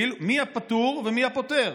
כאילו, מי הפטור ומי הפוטר?